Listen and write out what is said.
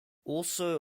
also